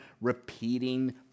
repeating